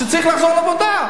שצריך לחזור לעבודה.